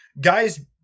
guys